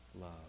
love